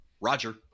Roger